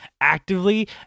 actively